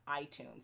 iTunes